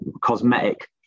cosmetic